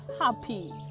happy